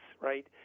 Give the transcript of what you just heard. right